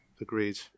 Agreed